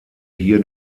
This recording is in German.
hier